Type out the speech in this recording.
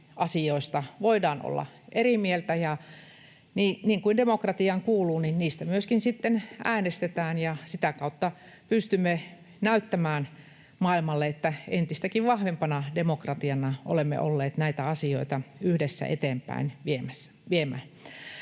asioista voidaan olla eri mieltä, ja niin kuin demokratiaan kuuluu, niistä myöskin sitten äänestetään, ja sitä kautta pystymme näyttämään maailmalle, että entistäkin vahvempana demokratiana olemme olleet näitä asioita yhdessä eteenpäin viemässä.